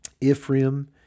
Ephraim